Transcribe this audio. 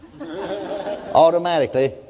automatically